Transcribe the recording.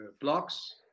blocks